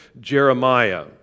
Jeremiah